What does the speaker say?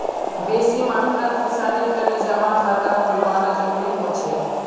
बेसी मात्रात निकासीर तने जमा खाता खोलवाना जरूरी हो छेक